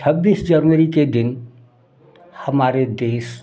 छब्बीस जनवरी के दिन हमारे देश